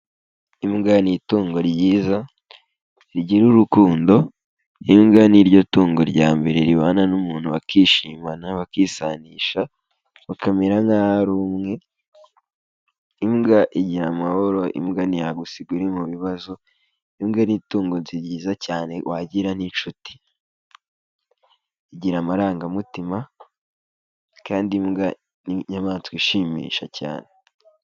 Imbwa ni itungo ryiza, rigira urukundo, imbwa ni ryo tungo rya mbere ribana n'umuntu bakishimana bakisanisha, bakamera nkaho ari umwe, imbwa igira amahoro, imbwa ntiyagusiga mu bibazo, imbwa ni itungo ryiza wagira n'inshuti, igira amarangamutima, kandi imbwa ni inyamaswa ishimisha cyane.